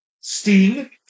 Sting